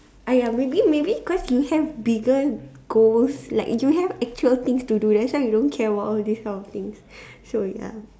ah ya maybe maybe cause you have bigger goals like you have actual things to do that's why you don't care about all these kind of things so ya